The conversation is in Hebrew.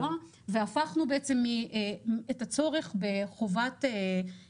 משרד התחבורה והבטיחות בדרכים אילנה